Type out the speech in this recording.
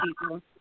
people